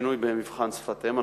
השינוי במבחן שפת-אם,